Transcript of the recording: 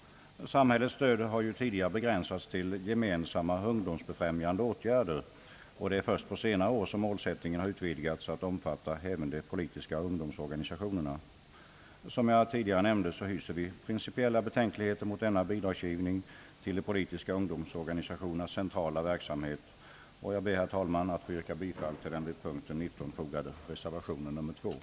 Samhällets stöd har tidigare begränsats till »gemensamma ungdomsbefrämjande åtgärder». Det är först på senare år som målsättningen har utvidgats till att omfatta även de politiska ungdomsorganisationerna. Som jag nyss nämnde hyser vi principiella betänkligheter mot denna bidragsgivning till de politiska ungdomsorganisationernas centrala verksamhet, och jag ber, herr talman, att få yrka bifall till de vid punkten 19 fogade reservationerna nr 2 och 3 b.